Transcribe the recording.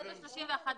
כן.